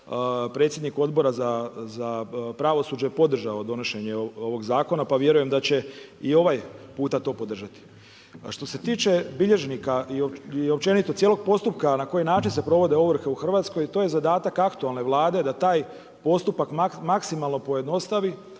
predsjednik Odbora za pravosuđe podržao donošenje ovog zakona pa vjerujem da će i ovaj puta to podržati. A što se tiče bilježnika i općenito cijelog postupka na koji način se provode ovrhe u Hrvatskoj, to je zadatak aktualne Vlade da taj postupak maksimalno pojednostavi